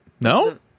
No